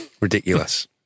Ridiculous